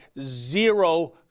zero